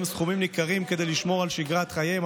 סכומים ניכרים כדי לשמור על שגרת חייהם,